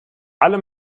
alle